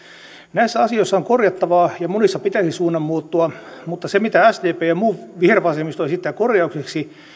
näissä asioissa on korjattavaa ja monissa pitäisi suunnan muuttua mutta se mitä sdp ja muu vihervasemmisto esittää korjaukseksi joko